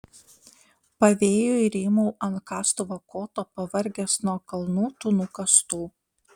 pavėjui rymau ant kastuvo koto pavargęs nuo kalnų tų nukastų